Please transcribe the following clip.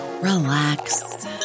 relax